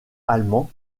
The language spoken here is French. allemand